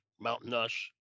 mountainous